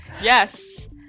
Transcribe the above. yes